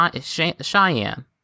Cheyenne